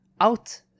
out